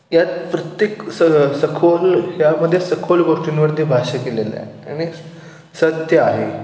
यात प्रत्येक स सखोल यामध्ये सखोल गोष्टींवरती भाष्य केलेलं आहे आणिक सत्य आहे